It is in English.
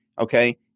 okay